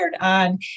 on